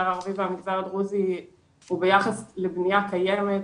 הערבי והמגזר הדרוזי הוא ביחס לבניה קיימת,